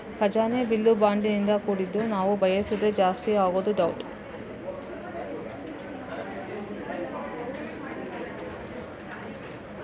ಖಜಾನೆ ಬಿಲ್ಲು ಬಾಂಡಿನಿಂದ ಕೂಡಿದ್ದು ನಾವು ಬಯಸಿದ್ರೆ ಜಾಸ್ತಿ ಆಗುದು ಡೌಟ್